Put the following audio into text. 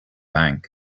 bank